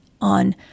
on